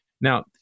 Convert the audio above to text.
Now